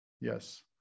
Yes